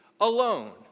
alone